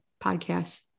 podcasts